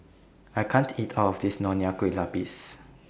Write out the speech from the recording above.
I can't eat All of This Nonya Kueh Lapis